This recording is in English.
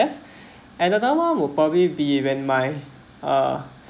and another one will probably be when my uh